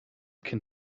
cyn